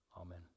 Amen